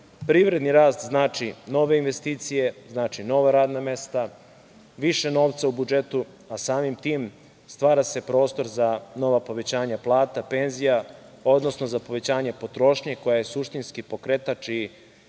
Privredni rast znači nove investicije, znači nova radna mesta, više novca u budžetu, a samim tim stvara se prostor za nova povećanja plata, penzija, odnosno za povećanje potrošnje koja je suštinski pokretač i